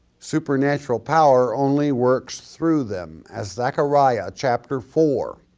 supernatural power only works through them, as zechariah chapter four,